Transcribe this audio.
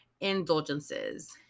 indulgences